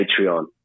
Patreon